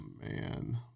man